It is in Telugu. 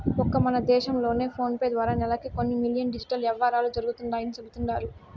ఒక్క మన దేశం లోనే ఫోనేపే ద్వారా నెలకి కొన్ని మిలియన్ డిజిటల్ యవ్వారాలు జరుగుతండాయని సెబుతండారు